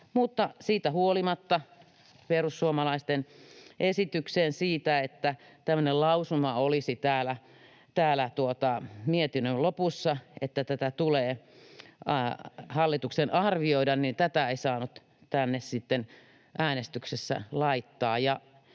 Siitä huolimatta perussuomalaisten esitystä siitä, että tämmöinen lausuma olisi täällä mietinnön lopussa, että tätä tulee hallituksen arvioida, ei saanut tänne äänestyksessä laittaa.